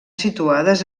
situades